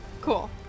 cool